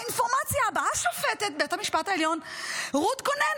האינפורמציה הבאה: שופטת בית המשפט העליון רות רונן,